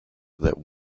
that